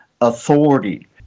authority